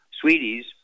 Sweeties